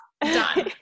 done